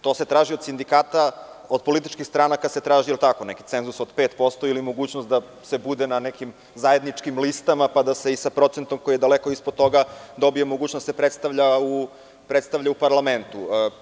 To se traži od sindikata, a od političkih stranaka, neki cenzus od 5% ili mogućnost da se bude na nekim zajedničkim listama, pa da se i sa procentom koji je daleko ispod toga, dobije mogućnost da se predstavlja u parlamentu.